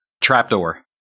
trapdoor